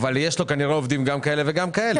אבל יש לו כנראה עובדים גם כאלה וגם כאלה.